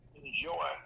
enjoy